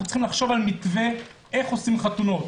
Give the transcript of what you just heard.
אנחנו צריכים לחשוב על מתווה איך עושים חתונות.